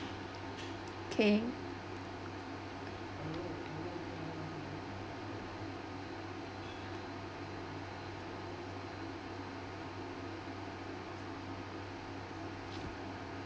okay